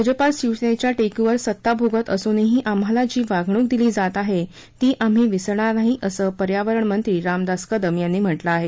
भाजपा शिवसेनेच्या टेकुवर सत्ता भोगत असूनही आम्हाला जी वागणुक दिली जात आहे ती आम्ही विसरणार नाही असं पर्यावरण मंत्री रामदास कदम यांनी म्हटलं आहे